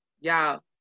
y'all